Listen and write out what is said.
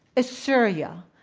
ah syria,